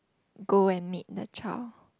go and meet the child